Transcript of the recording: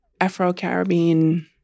Afro-Caribbean